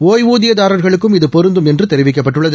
ஒய்வூதியதாரர்களுக்கும் இது பொருந்தும் தெரிவிக்கப்பட்டுள்ளது